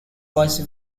was